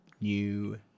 New